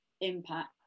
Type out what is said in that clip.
impact